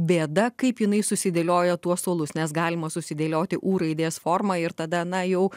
bėda kaip jinai susidėlioja tuos suolus nes galima susidėlioti u raidės forma ir tada na jau